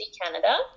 Canada